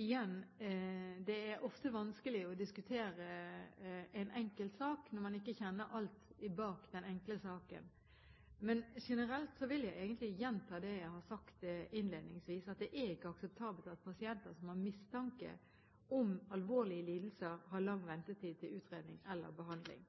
Igjen, det er ofte vanskelig å diskutere en enkeltsak når man ikke kjenner alt bak den enkelte saken. Men generelt vil jeg gjenta det jeg har sagt innledningsvis, at det ikke er akseptabelt at pasienter med mistanke om alvorlige lidelser har lang ventetid til utredning eller behandling.